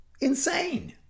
insane